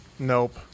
Nope